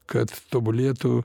kad tobulėtų